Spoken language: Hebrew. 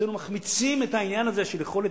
ואצלנו מחמיצים את העניין הזה של יכולת